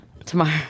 tomorrow